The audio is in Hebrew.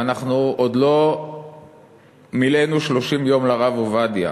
ואנחנו עוד לא מילאנו 30 יום לרב עובדיה,